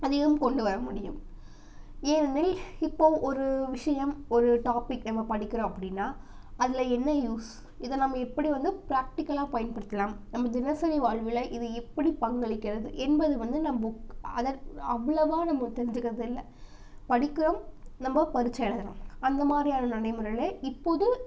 அதிகம் கொண்டுவர முடியும் ஏனெனில் இப்ப ஒரு விஷயம் ஒரு டாப்பிக் நம்ம படிக்கிறோம் அப்படினா அதில் என்ன யூஸ் இதை நம்ப எப்படி வந்து ப்ராக்டிக்கலாக பயன்படுத்தலாம் நம்ம தினசரி வாழ்வில் இது எப்படி பங்களிக்கிறது என்பது வந்த நம்ப அதை அவ்வளவாக நம்ம தெரிஞ்சுக்கிறதில்ல படிக்கிறோம் நம்ப பரீட்சை எழுதுகிறோம் அந்தமாதிரியான நடைமுறையில் இப்போது